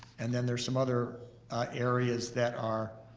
and then there's some other areas that are